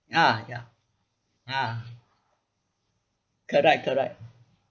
ah ya ah correct correct